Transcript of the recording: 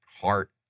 heart